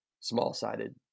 small-sided